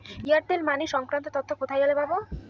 Airtel money সংক্রান্ত তথ্য কোথায় গেলে পাব?